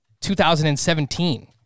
2017